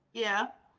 yeah.